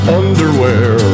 underwear